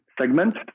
segment